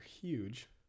huge